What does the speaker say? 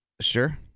Sure